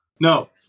no